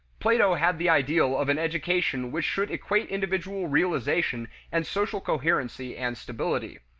plato had the ideal of an education which should equate individual realization and social coherency and stability.